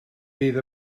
fydd